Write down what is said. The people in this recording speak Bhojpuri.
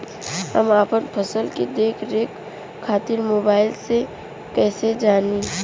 हम अपना फसल के देख रेख खातिर मोबाइल से कइसे जानी?